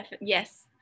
Yes